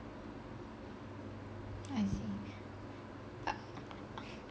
I see